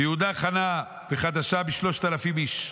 "ויהודה חנה בחדשה בשלושת אלפים איש".